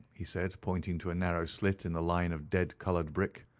he said, pointing to a narrow slit in the line of dead-coloured brick.